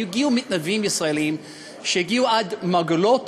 היו מתנדבים ישראלים שהגיעו עד מרגלות